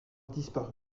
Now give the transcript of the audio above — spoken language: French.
disparu